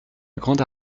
grande